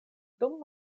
dum